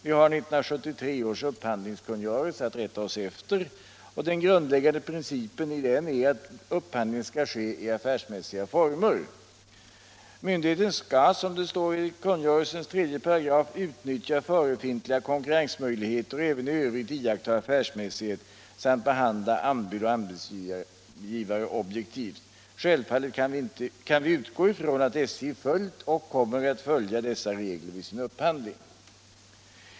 Vi har 1973 års upphandlingskungörelse att rätta oss efter, och den grundläggande principen i den är att upphandling skall ske i affärsmässiga former. Myndigheten skall, som det står i kungörelsens tredje paragraf, utnyttja förefintliga konkurrensmöjligheter och även i övrigt iakttaga affärsmässighet samt behandla anbud och anbudsgivare objektivt. Självfallet kan vi utgå ifrån att SJ följt och kommer att följa dessa regler vid sin upphandling.